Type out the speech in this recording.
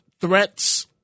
threats